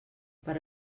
per